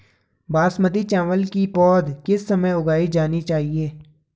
बासमती चावल की पौध किस समय उगाई जानी चाहिये?